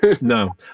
No